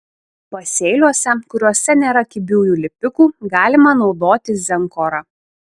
pasėliuose kuriuose nėra kibiųjų lipikų galima naudoti zenkorą